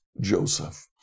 Joseph